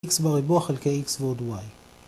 x בריבוע חלקי x ועוד y